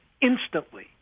instantly